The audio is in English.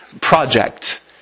project